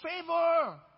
favor